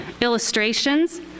illustrations